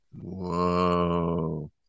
Whoa